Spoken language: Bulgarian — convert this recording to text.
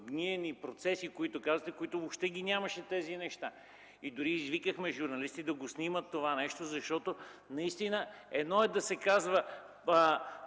гнилостни процеси, за които казвате, но въобще ги нямаше тези неща. Дори извикахме журналисти да снимат, защото наистина едно е да се казва